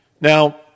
Now